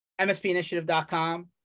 MSPinitiative.com